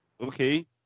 okay